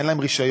אין להם רישיון,